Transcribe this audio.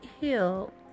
Hill